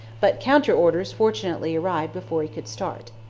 but counter-orders fortunately arrived before he could start.